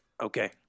okay